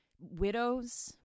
widows